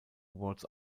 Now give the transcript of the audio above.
awards